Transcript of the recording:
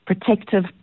protective